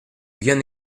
bien